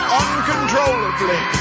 uncontrollably